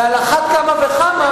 ועל אחת כמה וכמה,